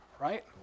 right